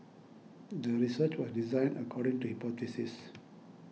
the research was designed according to hypothesis